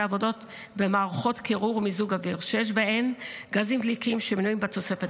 עבודות במערכות קירור ומיזוג אוויר שיש בהן גזים דליקים שמנויים בתוספת.